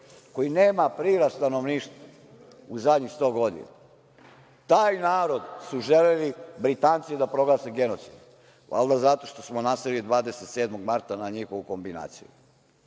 koji nema prirast stanovništva u zadnjih 100 godina, taj narod su želeli Britanci da proglase genocidnim, valjda zato što smo naseli 27. marta na njihovu kombinaciju. Mi